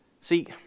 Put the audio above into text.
See